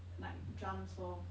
like drums lor